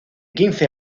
quince